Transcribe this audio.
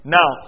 Now